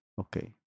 okay